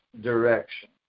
direction